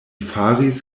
faris